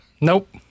Nope